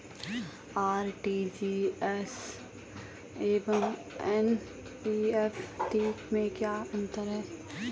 RTGS एवं NEFT में क्या अंतर है?